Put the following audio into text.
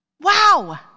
Wow